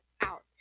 out